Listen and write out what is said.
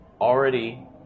already